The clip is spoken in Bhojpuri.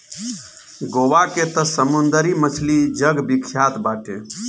गोवा के तअ समुंदरी मछली जग विख्यात बाटे